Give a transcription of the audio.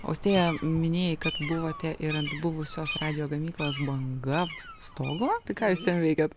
austėja minėjai kad buvote ir ant buvusios radijo gamyklos banga stogo ką jūs ten veikėt